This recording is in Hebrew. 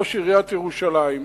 ראש עיריית ירושלים,